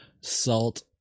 salt